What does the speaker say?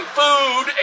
food